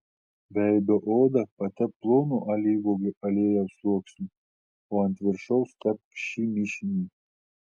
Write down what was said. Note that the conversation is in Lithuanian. veido odą patepk plonu alyvuogių aliejaus sluoksniu o ant viršaus tepk šį mišinį